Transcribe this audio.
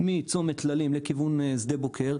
מצומת טללים לכיוון שדה בוקר,